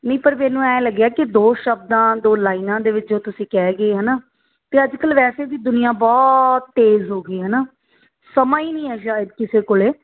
ਨਹੀਂ ਪਰ ਮੈਨੂੰ ਐਂਏ ਲੱਗਿਆ ਕਿ ਦੋ ਸ਼ਬਦਾਂ ਦੋ ਲਾਈਨਾਂ ਦੇ ਵਿੱਚ ਜੋ ਤੁਸੀਂ ਕਹਿ ਗਏ ਹੈ ਨਾ ਅਤੇ ਅੱਜ ਕੱਲ੍ਹ ਵੈਸੇ ਵੀ ਦੁਨੀਆਂ ਬਹੁਤ ਤੇਜ਼ ਹੋ ਗਈ ਹੈ ਨਾ ਸਮਾਂ ਹੀ ਨਹੀਂ ਹੈਗਾ ਕਿਸੇ ਕੋਲ